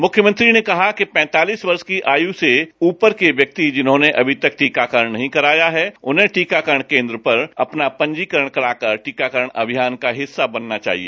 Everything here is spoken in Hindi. मुख्यमंत्री ने कहा कि पैंतालीस वर्ष की आयु से ऊपर के व्यक्ति जिन्होंने अभी तक टीकाकरण नहीं कराया है उन्हें टीकाकरण केंद्र पर अपना पंजीकरण करा कर टीकाकरण अभियान का हिस्सा बनना चाहिए